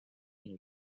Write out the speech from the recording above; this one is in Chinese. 映射